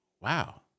wow